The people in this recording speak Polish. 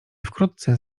wkrótce